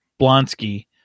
Blonsky